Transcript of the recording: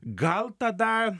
gal tada